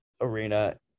arena